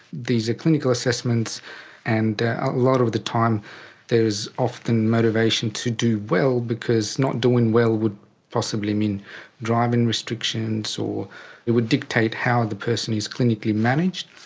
these are clinical assessments and a lot of the time there's often motivation to do well because not doing well would possibly mean driving restrictions or it would dictate how the person is clinically managed.